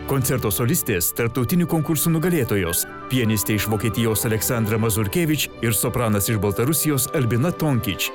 koncertuos solistės tarptautinių konkursų nugalėtojos pianistė iš vokietijos aleksandra mazurkevič ir sopranas iš baltarusijos albina tonkič